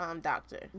Doctor